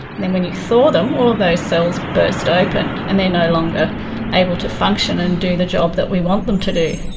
then when you thaw them all of those cells burst open and they are no longer able to function and do the job that we want them to do.